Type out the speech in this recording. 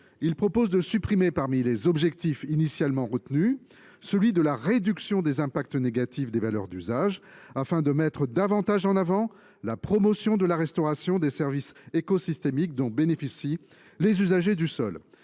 tend à supprimer, parmi les objectifs initialement retenus, celui de réduction des impacts négatifs des valeurs d’usage afin de mettre davantage en avant la promotion de la restauration des services écosystémiques dont bénéficient les usagers du sol.